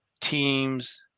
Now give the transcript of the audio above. teams